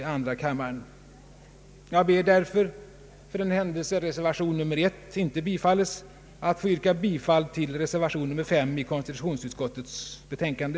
Jag kommer alltså — för den händelse reservation 1 inte bifalles — att yrka bifall till reservation 5 vid konstitutionsutskottets utlåtande.